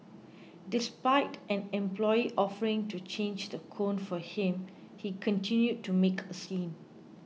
despite an employee offering to change the cone for him he continued to make a scene